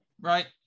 right